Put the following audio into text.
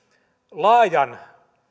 laajan